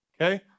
okay